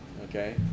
Okay